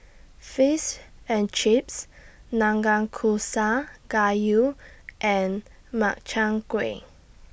Fish and Chips Gayu and Makchang Gui